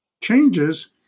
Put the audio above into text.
changes